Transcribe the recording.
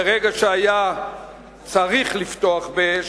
מרגע שהיה צריך לפתוח באש,